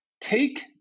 take